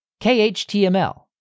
KHTML